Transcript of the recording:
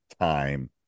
time